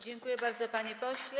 Dziękuję bardzo, panie pośle.